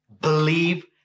believe